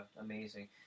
amazing